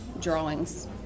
drawings